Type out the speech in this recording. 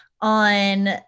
on